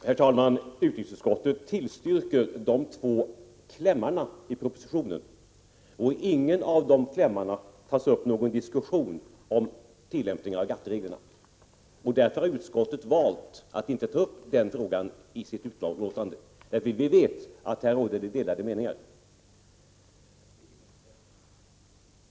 Herr talman! Utrikesutskottet tillstyrker de två klämmarna i propositionen, men i ingen av de klämmarna tas det upp någon diskussion om tillämpning av GATT-reglerna. Därför har utskottet valt att inte ta upp den frågan i sitt betänkande. Vi vet att det råder delade meningar här.